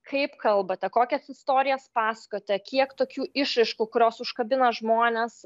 kaip kalbate kokias istorijas pasakojote kiek tokių išraiškų kurios užkabina žmones